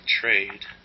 trade